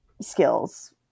skills